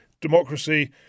democracy